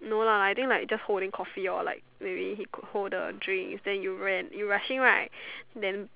no lah I think like just holding coffee or like maybe he hold the drink then you ran you rushing right then